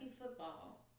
football